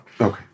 Okay